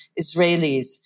Israelis